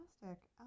Fantastic